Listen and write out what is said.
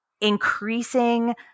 increasing